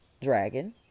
dragon